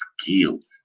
skills